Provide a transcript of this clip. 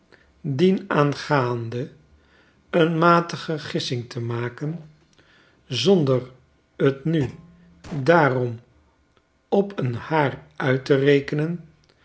dienaangaande een matige gissing te maken zonder t nu daarom op een haar uit te rekenen